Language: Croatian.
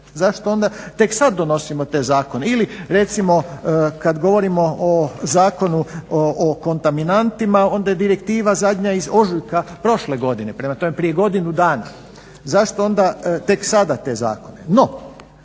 zašto onda tek sada donosimo te zakone ili recimo kada govorimo o Zakonu o kontaminantima onda je direktiva zadnja iz ožujka prošle godine prema tome prije godinu dana. Zašto onda tek sada te zakone?